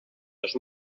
dos